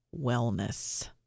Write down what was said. wellness